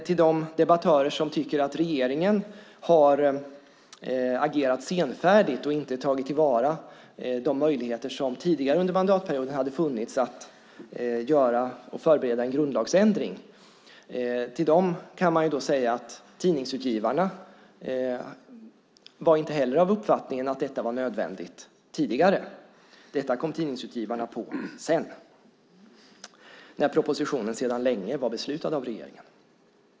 Till de debattörer som tycker att regeringen har agerat senfärdigt och inte tagit till vara de möjligheter som tidigare under mandatperioden hade funnits att förbereda en grundlagsändring kan det sägas att Tidningsutgivarna tidigare inte heller var av uppfattningen att detta var nödvändigt, utan detta kom Tidningsutgivarna senare på - när propositionen sedan länge var beslutad av regeringen.